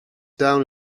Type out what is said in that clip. down